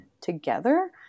together